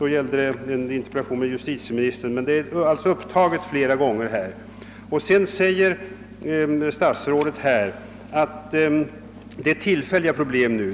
Det gällde då en interpellation till justitieministern. Statsrådet säger i svaret att de problem som nu har drabbat elförsörjningen är tillfälliga.